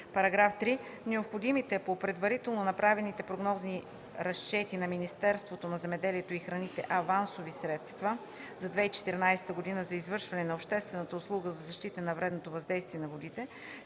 г. § 3. Необходимите по предварително направени прогнозни разчети на Министерството на земеделието и храните авансови средства за 2014 г. за извършване на обществената услуга за защита от вредното въздействие на водите